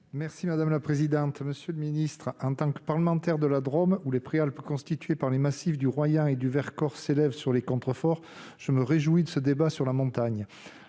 inspirante. La parole est à M. Bernard Buis. En tant que parlementaire de la Drôme, où les Préalpes constituées par les massifs du Royans et du Vercors s'élèvent sur les contreforts, je me réjouis de ce débat sur la montagne.